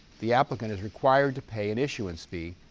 the applicant is required to pay an issuance fee,